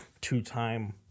two-time